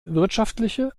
wirtschaftliche